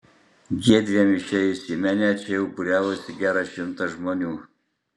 jiedviem įėjus į menę čia jau būriavosi geras šimtas žmonių